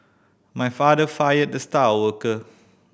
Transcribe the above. my father fired the star worker